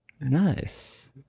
Nice